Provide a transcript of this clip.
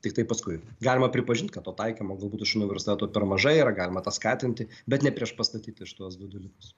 tiktai paskui galima pripažinti kad to taikymo galbūt universitetų per mažai ir galima tą skatinti bet nepriešpastatyti šituos du dalykus